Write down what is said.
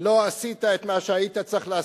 לא עשית את מה שהיית צריך לעשות,